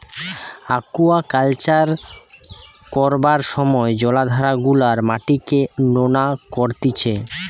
aquaculture করবার সময় জলাধার গুলার মাটিকে নোনা করতিছে